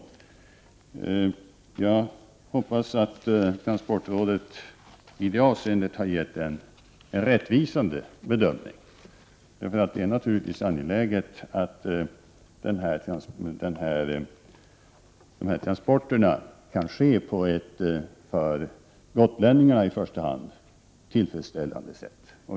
Jag hoppas att transportrådet i detta avseende har gjort en rättvisande bedömning, eftersom det naturligtvis är angeläget att dessa transporter kan ske på ett i första hand för gotlänningarna tillfredsställande sätt.